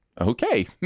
Okay